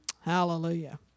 Hallelujah